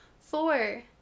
Four